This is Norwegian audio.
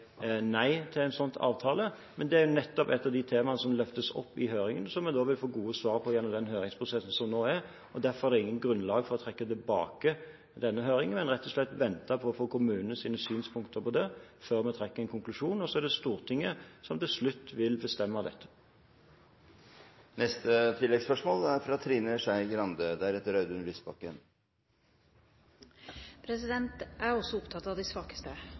nei til en sånn avtale, men det er nettopp et av de temaene som løftes opp i høringen, og som en vil få gode svar på gjennom høringsprosessen. Derfor er det ikke noe grunnlag for å trekke tilbake denne høringen. Vi må rett og slett vente på kommunenes synspunkter på det før vi trekker noen konklusjon, og så er det Stortinget som til slutt vil bestemme dette. Trine Skei Grande – til oppfølgingsspørsmål. Jeg er også opptatt av de svakeste.